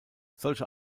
solche